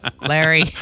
Larry